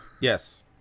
Yes